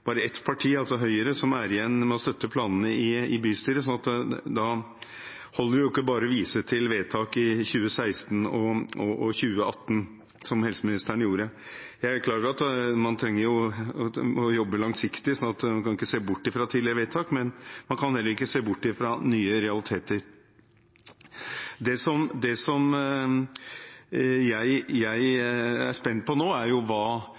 bare ett parti, Høyre, som støtter planene i bystyret. Da holder det jo ikke bare å vise til vedtak i 2016 og 2018, som helseministeren gjorde. Jeg er klar over at man trenger å jobbe langsiktig, man kan ikke se bort fra tidligere vedtak, men man kan heller ikke se bort fra nye realiteter. Det som jeg er spent på nå, er hva som skjer her i Stortinget med disse planene, for det er jo